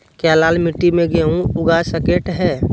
क्या लाल मिट्टी में गेंहु उगा स्केट है?